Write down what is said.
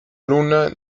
luna